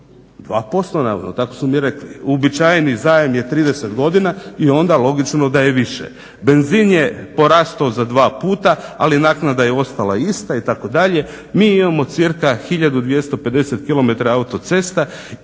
2% navodno, tako su mi rekli. Uobičajeni zajam je 30 godina i onda logično da je više. Benzin je porastao za dva puta, ali naknada je ostala ista itd. Mi imamo cca 1250 km autocesta